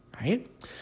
right